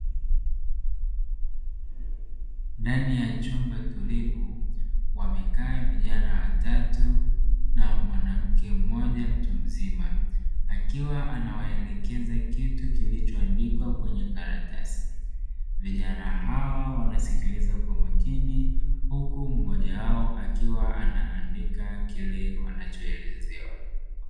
Ndani ya chumba tulivu wamekaa vijana watatu na mwanamke mmoja mtu mzima akiwa anawaelekeza kitu kilichoandikwa kwenye karatasi. Vijana hawa wanasikiliza kwa makini huku mmoja wao akiwa anaandika kile wanachoelezewa.